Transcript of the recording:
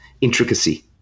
intricacy